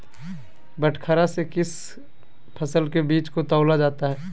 बटखरा से किस फसल के बीज को तौला जाता है?